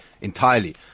entirely